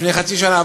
לפני חצי שעה,